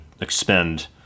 expend –